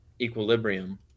equilibrium